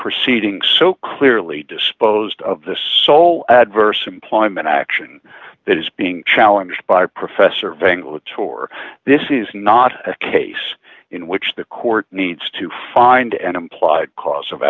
proceeding so clearly disposed of the sole adverse employment action that is being challenged by professor vangel tore this is not a case in which the court needs to find an implied cause of